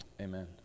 Amen